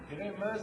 תראה מה זה.